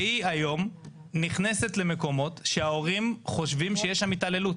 שהיא היום נכנסת למקומות שההורים חושבים שיש שם התעללות.